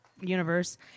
universe